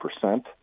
percent